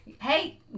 Hey